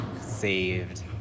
saved